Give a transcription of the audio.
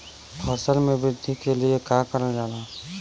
फसल मे वृद्धि के लिए का करल जाला?